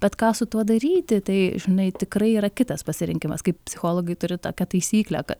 bet ką su tuo daryti tai žinai tikrai yra kitas pasirinkimas kaip psichologai turi tokią taisyklę kad